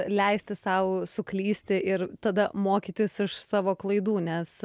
leisti sau suklysti ir tada mokytis iš savo klaidų nes